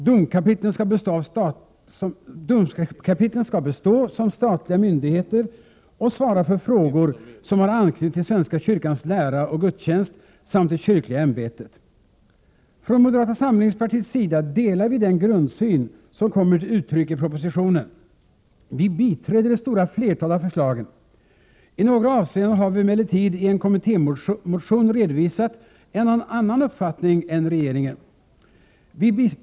Domkapitlen skall bestå som statliga myndigheter och svara för frågor som har anknytning till svenska kyrkans lära och gudstjänst samt det kyrkliga ämbetet. Från moderata samlingspartiets sida delar vi den grundsyn som kommer till uttryck i propositionen. Vi biträder det stora flertalet av förslagen. I några avseenden har vi emellertid i en kommittémotion redovisat en annan uppfattning är regeringens.